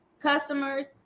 customers